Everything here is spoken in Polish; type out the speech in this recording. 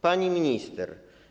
Pani Minister!